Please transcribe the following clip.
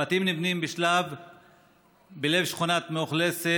הבתים נבנים בלב שכונה מאוכלסת,